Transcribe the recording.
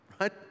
right